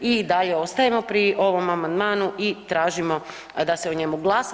I dalje ostajemo pri ovom amandmanu i tražimo da se o njemu glasa.